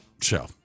show